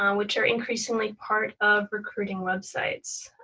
um which are increasingly part of recruiting websites.